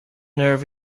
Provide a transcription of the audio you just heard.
nerve